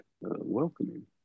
welcoming